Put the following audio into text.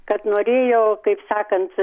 kad norėjo kaip sakant